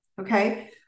okay